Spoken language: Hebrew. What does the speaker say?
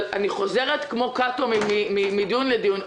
אבל אני חוזרת כמו קאטו מדיון לדיון.